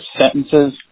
sentences